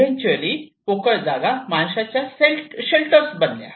eventually पोकळ जागा माणसाच्या शेल्टर बनल्या